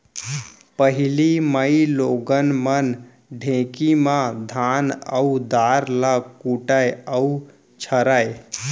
पहिली माइलोगन मन ढेंकी म धान अउ दार ल कूटय अउ छरयँ